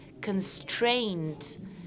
constrained